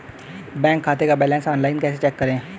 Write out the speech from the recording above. Bank खाते का balance online कैसे चेक करें?